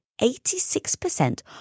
86%